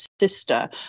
sister